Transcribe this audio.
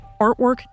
Artwork